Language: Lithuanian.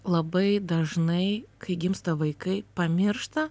labai dažnai kai gimsta vaikai pamiršta